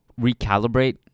recalibrate